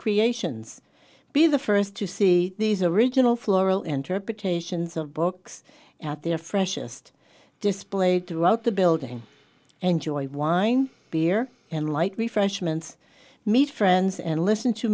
creations be the first to see these original floral interpretations of books at their freshest displayed throughout the building and joy wine beer and light refreshments meet friends and listen to